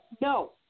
No